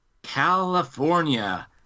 california